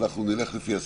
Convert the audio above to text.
שנלך לפי הסדר.